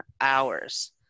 hours